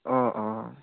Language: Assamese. অঁ অঁ